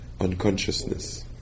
unconsciousness